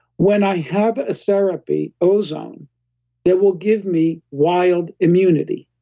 when i have a therapy ozone that will give me wild immunity?